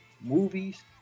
movies